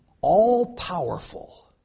all-powerful